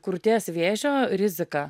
krūties vėžio riziką